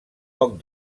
poc